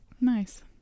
Nice